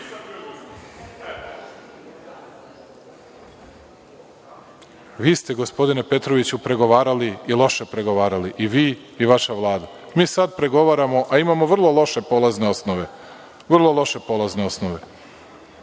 ste gospodine Petroviću pregovarali i loše pregovarali. I vi i vaša Vlada. Mi sada pregovaramo, a imamo vrlo loše polazne osnove, vrlo loše polazne osnove.